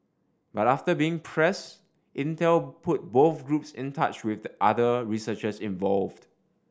but after being pressed Intel put both groups in touch with the other researchers involved